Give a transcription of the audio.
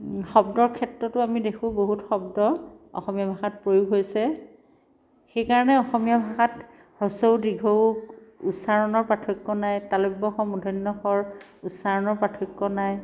শব্দৰ ক্ষেত্ৰতো আমি দেখোঁ বহুত শব্দ অসমীয়া ভাষাত প্ৰয়োগ হৈছে সেইকাৰণে অসমীয়া ভাষাত হ্ৰস্ব উ দীৰ্ঘ ঊ উচ্চাৰণৰ পাৰ্থক্য নাই তালব্য শ মূৰ্ধন্য ষ ৰ উচ্চাৰণৰ পাৰ্থক্য নাই